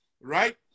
right